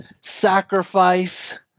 sacrifice